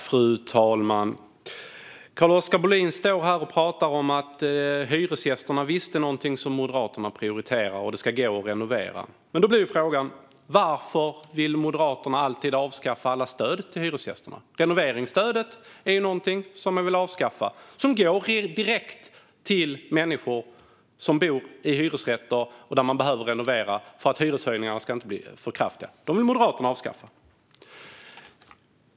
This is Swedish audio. Fru talman! Carl-Oskar Bohlin står här och pratar om att hyresgästerna visst är någonting som Moderaterna prioriterar och att det ska gå att renovera. Men då blir frågan: Varför vill Moderaterna alltid avskaffa alla stöd till hyresgästerna? Renoveringsstödet är någonting som man vill avskaffa - det går direkt till människor som bor i hyresrätter för att hyreshöjningarna inte ska bli för kraftiga när man behöver renovera. Det vill Moderaterna avskaffa.